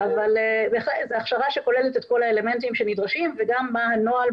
זו הכשרה שכוללת את כל האלמנטים שנדרשים וגם מה הנוהל,